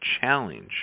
challenge